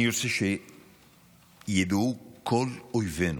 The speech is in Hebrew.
אני רוצה שידעו כל אויבינו